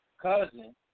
cousin